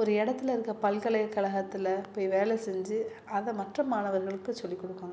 ஒரு இடத்துல இருக்கற பல்கலைக்கழகத்துல போய் வேலை செஞ்சு அதை மற்ற மாணவர்களுக்கு சொல்லிக் கொடுப்பாங்க